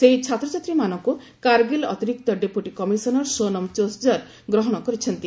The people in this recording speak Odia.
ସେହି ଛାତ୍ରଛାତ୍ରୀମାନଙ୍କୁ କାର୍ଗିଲ୍ ଅତିରିକ୍ତ ଡେପୁଟି କମିଶନର ସୋନମ ଚୋସ୍ଜର ଗ୍ରହଣ କରିଛନ୍ତି